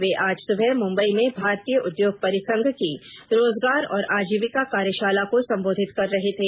वे आज सुबह मुंबई में भारतीय उद्योग परिसंघ सी आई आई की रोजगार और आजीविका कार्यशाला को संबोधित कर रहे थे